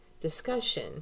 discussion